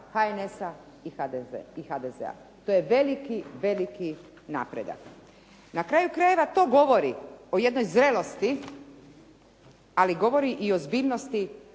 HNS-a i HDZ-a. To je veliki, veliki napredak. Na kraju krajeva, to govori o jednoj zrelosti, ali govori i o ozbiljnosti